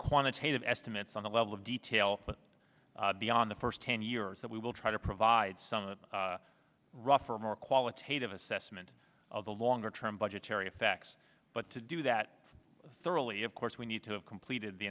quantitative estimates on the level of detail but beyond the first ten year or so we will try to provide some of the rougher more qualitative assessment of the longer term budgetary effects but to do that thoroughly of course we need to have completed the